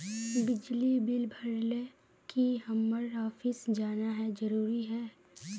बिजली बिल भरे ले की हम्मर ऑफिस जाना है जरूरी है?